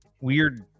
Weird